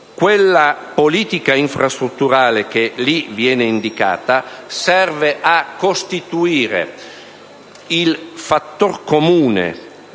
la politica infrastrutturale che viene indicata serve a costituire il fattor comune